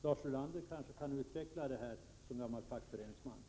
Lars Ulander kan som gammal fackföreningsman kanske utveckla det här?